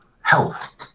health